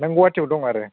नों गुवाहाटिआव दं आरो